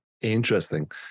Interesting